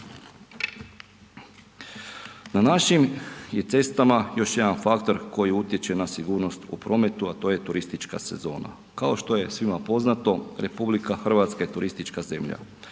Na našim je cestama još jedan faktor koji utječe na sigurnost u prometu a to je turistička sezona, kao što je svima poznato, RH je turistička zemlja,